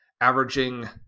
averaging